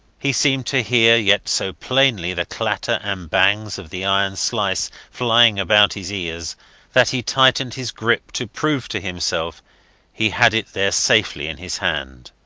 he seemed to hear yet so plainly the clatter and bangs of the iron slice flying about his ears that he tightened his grip to prove to himself he had it there safely in his hand.